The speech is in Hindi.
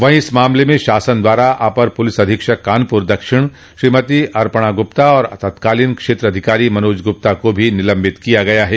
वहीं इस मामले में शासन द्वारा अपर पुलिस अधीक्षक कानपुर दक्षिण श्रीमती अर्पणा गुप्ता और तत्कालोन क्षेत्राधिकारी मनोज गुप्ता को भी निलम्बित किया गया है